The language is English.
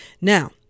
Now